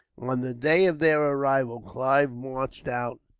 on the day of their arrival clive marched out,